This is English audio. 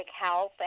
help